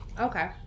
Okay